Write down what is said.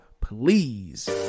please